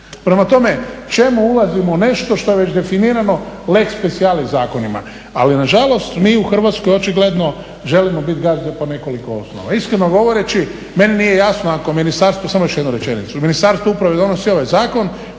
Prema tome, čemu ulazimo u nešto što je već definirano lex speciallis zakonima. Ali na žalost mi u Hrvatskoj očigledno želimo biti gazde po nekoliko osnova. Iskreno govoreći meni nije jasno ako ministarstvo samo još jednu rečenicu, Ministarstvo uprave donosi ovaj zakon